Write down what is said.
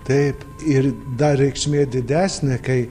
taip ir dar reikšmė didesnė kai